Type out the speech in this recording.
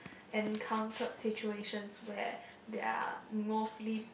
encountered situations where there are mostly